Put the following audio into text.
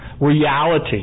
Reality